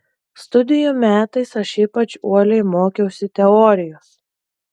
studijų metais aš ypač uoliai mokiausi teorijos